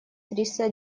триста